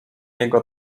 jego